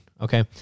okay